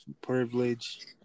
privilege